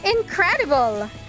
Incredible